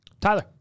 Tyler